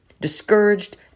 discouraged